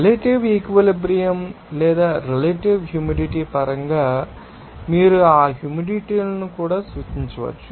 relative equilibrium త లేదా relative humidity పరంగా మీరు ఆ హ్యూమిడిటీ ను కూడా సూచించవచ్చు